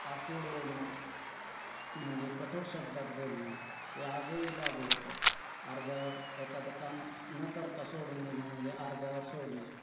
आसूड ओढणे म्हणजे कठोर शब्दात बोलणे हे आजही लागू होतं अर्धावर एखादं काम न करता सोडून दिलंं म्हणजे अर्धावर सोडणे